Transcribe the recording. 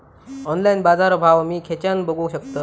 Online बाजारभाव मी खेच्यान बघू शकतय?